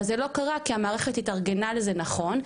אבל, זה לא קרה כי המערכת התארגנה לזה נכון,